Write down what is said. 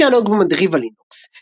כפי שהיה נהוג במנדריבה לינוקס,